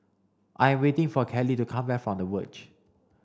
I am waiting for Kallie to come back from the Verge